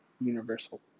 Universal